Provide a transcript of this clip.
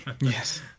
yes